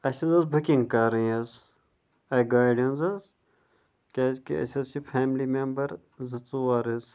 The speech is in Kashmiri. اَسہِ حظ ٲس بُکِنٛگ کَرٕنۍ حظ اَکہِ گاڑِ ہٕنٛز حظ کیٛازِکہِ أسۍ حظ چھِ فٮ۪ملی مٮ۪مبَر زٕ ژور حظ